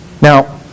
Now